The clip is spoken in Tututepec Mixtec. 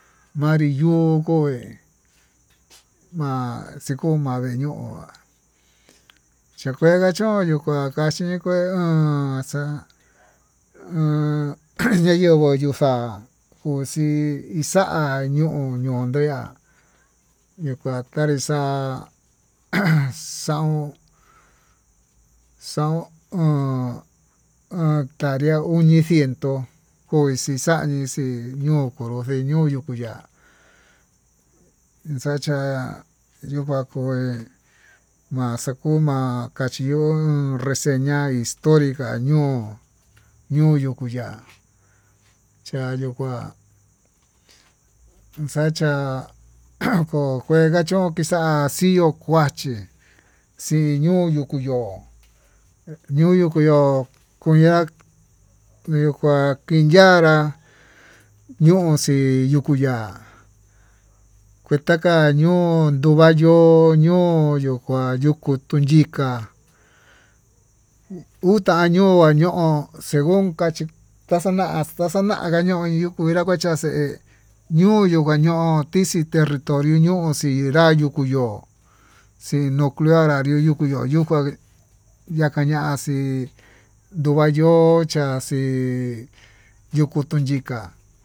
Manri yuu koé ma'a xhiko maveñoá chikua yachón chikuá, kachí kue o'on xa'a o'on ñayenguó yuu xa'a uxi ixa'a ño'o ño'o ndeá yuxa kuni xa'a ajan xaun, xaon oon oon tarea oñi ciento koi xixañi xii ñuu onroni ñoo yuku ya'á inxacha tukua koí ma'a xakuma kachió receña historia ñuu ñuu yuku ya'á chayió kuan ixachá ajan ko nguega chón kixa'á xió kuachí xii ño'o yukuu yo'ó, ñuu yokoyo nguega nikua kinyanrá ñuu xii yuku ya'á, kuetaka ñun yokua yo'ó ñuu yukua yuku tuin, yika uta ñoo nguaño segun kachi taxana taxana ngañoin nakuinra yuka xee ñuu yukua ño'ó ixii territorio ñuu xinrá yuku ño'o xiñokunrá nru yuku ño'o kuenrá ñakañaxii ndugua yo'ó yachí yukutun yiká.